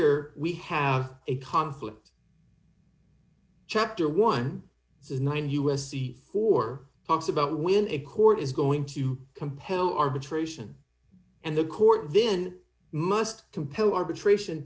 here we have a conflict chapter one says nine u s c four talks about when a court is going to compel arbitration and the court then must compel arbitration